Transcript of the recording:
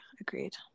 agreed